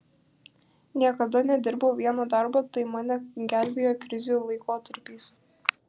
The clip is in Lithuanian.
niekada nedirbau vieno darbo tai mane gelbėjo krizių laikotarpiais